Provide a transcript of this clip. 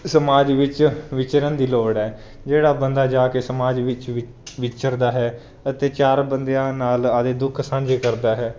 ਸਮਾਜ ਵਿੱਚ ਵਿਚਰਨ ਦੀ ਲੋੜ ਹੈ ਜਿਹੜਾ ਬੰਦਾ ਜਾ ਕੇ ਸਮਾਜ ਵਿੱਚ ਵਿਚਰਦਾ ਹੈ ਅਤੇ ਚਾਰ ਬੰਦਿਆਂ ਨਾਲ ਆਪਦੇ ਦੁੱਖ ਸਾਂਝੇ ਕਰਦਾ ਹੈ